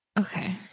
Okay